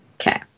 Okay